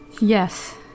Yes